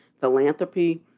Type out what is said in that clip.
philanthropy